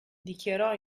dichiarò